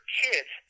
kids